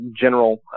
general